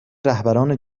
رهبران